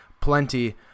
plenty